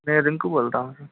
मैं रिंकू बोल रहा हूँ